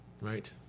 Right